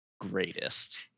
greatest